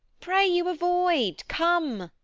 pray you avoid come.